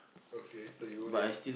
okay so you only have